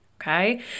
Okay